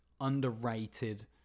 underrated